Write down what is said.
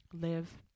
live